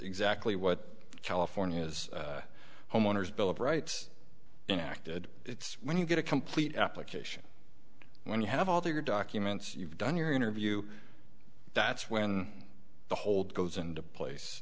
exactly what california is a homeowner's bill of rights in acted it's when you get a complete application when you have all the other documents you've done your interview that's when the hold goes into place